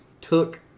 took